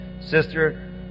Sister